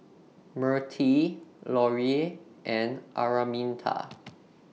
Mirtie Lorie and Araminta